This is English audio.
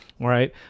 Right